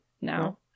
now